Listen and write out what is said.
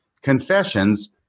Confessions